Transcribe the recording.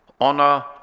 honor